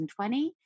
2020